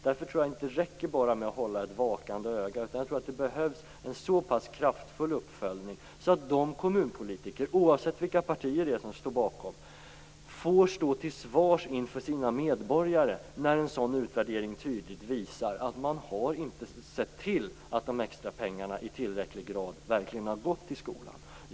Därför tror jag inte att det räcker med ett vakande öga, utan jag tror att det behövs en så pass kraftfull uppföljning så att kommunpolitikerna, oavsett parti, får stå till svars inför sina medborgare när en utvärdering tydligt visar att man inte har sett till att de extra pengarna i tillräckligt hög grad har gått till skolan.